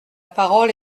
parole